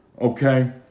Okay